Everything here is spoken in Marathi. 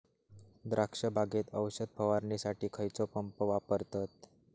द्राक्ष बागेत औषध फवारणीसाठी खैयचो पंप वापरतत?